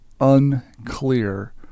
unclear